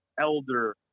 elder